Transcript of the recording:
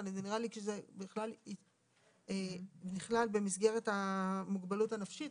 נראה לי שזה נכלל במסגרת המוגבלות הנפשית,